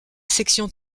section